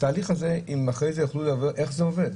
התהליך הזה, אם אחרי זה יוכלו להבהיר איך זה עובד.